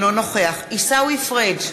אינו נוכח עיסאווי פריג'